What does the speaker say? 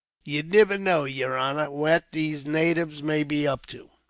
you niver know, yer honor, what these natives may be up to.